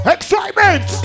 Excitement